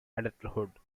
adulthood